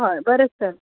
हयय बरे सर